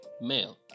male